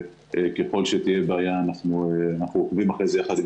וככל שתהיה בעיה אנחנו עוקבים אחרי הנושא הזה יחד עם